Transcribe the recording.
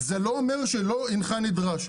זה לא אומר שלא "הנך נדרש".